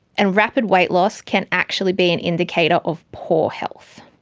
and rapid weight loss can actually be an indicator of poor health.